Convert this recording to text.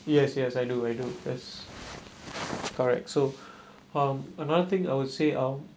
yes yes I do I do yes correct so um another thing I would say um